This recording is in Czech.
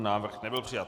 Návrh nebyl přijat.